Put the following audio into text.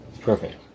Perfect